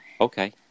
Okay